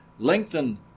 Lengthen